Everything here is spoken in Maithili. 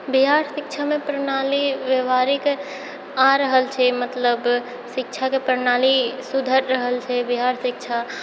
बिहार शिक्षामे प्रणाली व्यवहारिक आ रहल छै मतलब शिक्षाके प्रणाली सुधरि रहल छै बिहार शिक्षा